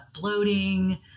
bloating